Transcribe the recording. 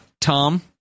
Tom